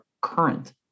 current